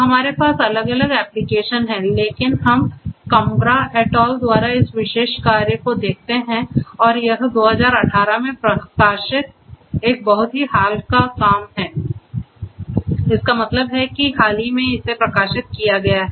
तो हमारे पास अलग अलग एप्लिकेशन हैं लेकिन हम कंब्रा एट अल द्वारा इस विशेष कार्य को देखते हैं और यह 2018 में प्रकाशित एक बहुत ही हाल का काम है इसका मतलब है कि हाल ही में इसे प्रकाशित किया गया है